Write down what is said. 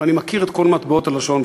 אני מכיר את כל מטבעות הלשון,